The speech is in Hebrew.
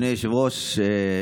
אדוני היושב-ראש,